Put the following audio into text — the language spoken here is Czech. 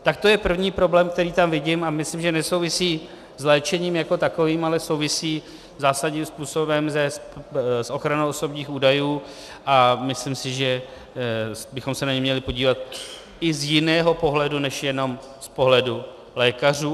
Tak to je první problém, který tam vidím, a myslím, že nesouvisí s léčením jako takovým, ale souvisí zásadním způsobem s ochranou osobních údajů, a myslím si, že bychom se na něj měli podívat i z jiného pohledu než jenom z pohledu lékařů.